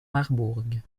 marbourg